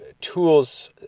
tools